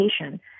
education